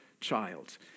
child